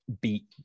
beat